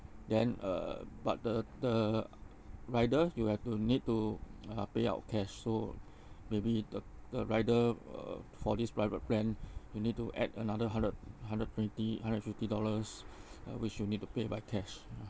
then uh but the the rider you have to need to uh payout cash so maybe the the rider uh for this private plan you need to add another hundred hundred twenty hundred fifty dollars uh which you need to pay by cash ah